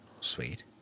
Sweet